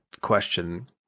question